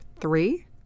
Three